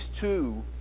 two